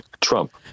Trump